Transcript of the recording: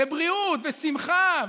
ובריאות ושמחה,